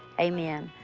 amen.